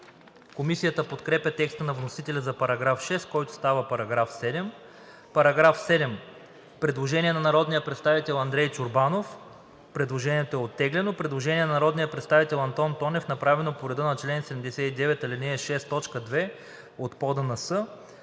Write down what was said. Комисията подкрепя текста на вносителя за § 6, който става § 7. По § 7 има предложение от народния представител Андрей Чорбанов. Предложението е оттеглено. Предложение на народния представител Антон Тонев, направено по реда на чл. 79, ал. 6, т. 2 от ПОДНС.